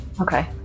Okay